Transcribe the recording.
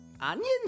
Onion